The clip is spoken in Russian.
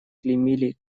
клеймили